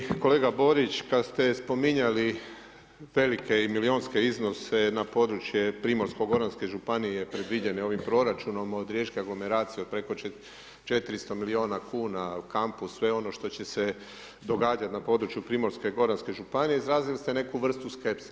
Uvaženi kolega Borić, kad ste spominjali velike i milijonske iznose na područje Primorsko-goranske županije predviđene ovim proračunom od riječke aglomeracije od preko 400 miliona kuna u kampu sve ono što će se događat na području Primorsko-goranske županije izrazili ste neku vrstu skepse.